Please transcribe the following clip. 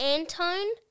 Antone